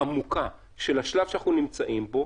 עמוקה של השלב שאנחנו נמצאים בו,